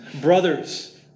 Brothers